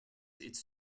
its